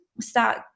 start